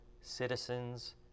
citizens